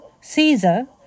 Caesar